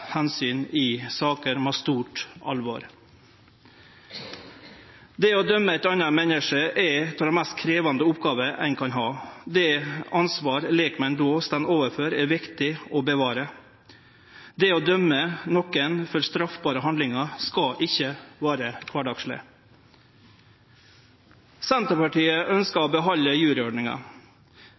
i saker med stort alvor. Det å dømme eit anna menneske er ei av dei mest krevjande oppgåvene ein kan ha. Det ansvaret lekmenn då står overfor, er viktig å bevare. Det å dømme nokon for straffbare handlingar skal ikkje vere kvardagsleg. Senterpartiet ønskjer å behalde